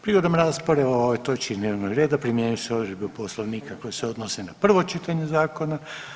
Prigodom rasprave o ovoj točki dnevnog reda primjenjuju se odredbe Poslovnika koje se odnose na prvo čitanje zakona.